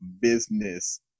business